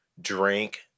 drink